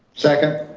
second.